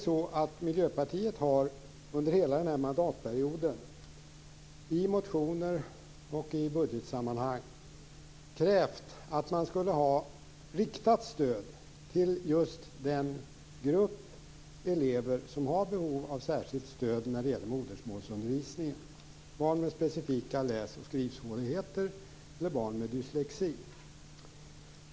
Vi i Miljöpartiet har under hela mandatperioden i motioner och i budgetsammanhang krävt ett riktat stöd till den grupp elever som har behov av särskilt stöd när det gäller modersmålsundervisningen, till barn med specifika läs och skrivsvårigheter eller till barn med dyslexi.